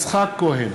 חיים כץ,